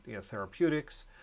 therapeutics